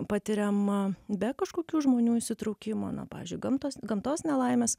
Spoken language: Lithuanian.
patiriam be kažkokių žmonių įsitraukimo na pavyzdžiui gamtos gamtos nelaimės